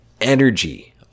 energy